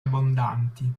abbondanti